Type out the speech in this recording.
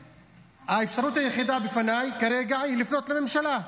האפשרות היחידה בפניי כרגע היא לפנות לממשלה.